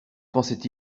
pensaient